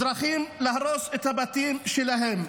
אזרחים, להרוס את הבתים שלהם.